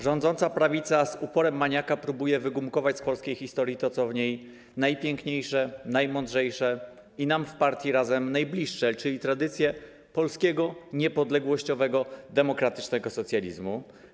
Rządząca prawica z uporem maniaka próbuje wygumkować z polskiej historii to, co w niej najpiękniejsze, najmądrzejsze i nam w partii Razem najbliższe, czyli tradycje polskiego, niepodległościowego, demokratycznego socjalizmu.